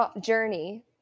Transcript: journey